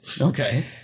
Okay